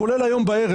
כולל הערב,